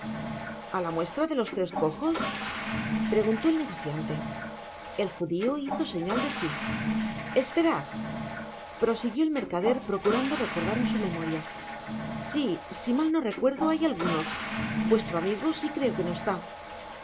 a la muestra de los tres cojos preguntó el negociante el judio hizo señal de si esperad prosiguió el mercader procurando recordaren su memoriasi si mal no recuerdo hay algunos vuestro amigo si que creo no está